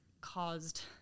caused